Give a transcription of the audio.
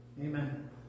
Amen